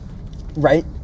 Right